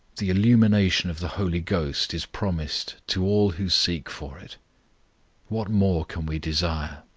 the illumination of the holy ghost is promised to all who seek for it what more can we desire?